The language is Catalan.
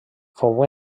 fou